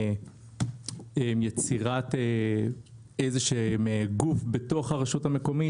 של יצירת איזה שהוא גוף בתוך הרשות המקומית